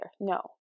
no